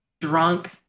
drunk